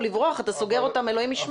לברוח אתה סוגר אותם אלוהים ישמור.